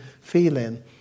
feeling